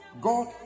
god